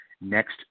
next